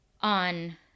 on